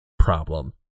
Problem